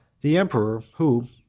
the emperor, who,